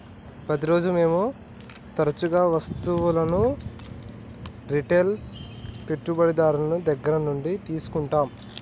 ప్రతిరోజు మేము తరచుగా వస్తువులను రిటైల్ పెట్టుబడిదారుని దగ్గర నుండి తీసుకుంటాం